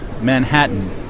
Manhattan